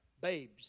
babes